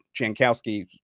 Jankowski